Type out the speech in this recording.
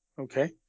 Okay